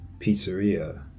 Pizzeria